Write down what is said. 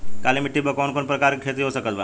काली मिट्टी पर कौन कौन प्रकार के खेती हो सकत बा?